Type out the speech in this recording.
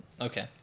Okay